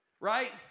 Right